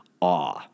awe